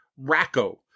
Racco